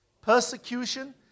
persecution